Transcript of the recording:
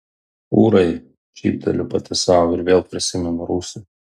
ūrai šypteliu pati sau ir vėl prisimenu rūsį